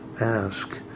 ask